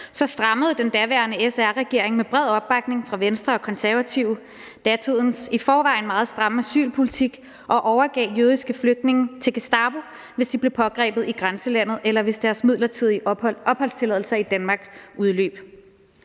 strammede den daværende SR-regering med bred opbakning fra Venstre og Konservative datidens i forvejen meget stramme asylpolitik og overgav jødiske flygtninge til Gestapo, hvis de blev pågrebet i grænselandet, eller hvis deres midlertidige opholdstilladelser i Danmark udløb.